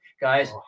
guys